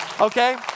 Okay